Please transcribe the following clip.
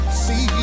see